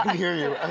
hear you.